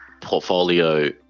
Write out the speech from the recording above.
portfolio